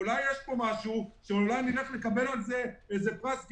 אולי יש פה משהו שנלך לקבל על זה פרס גינס.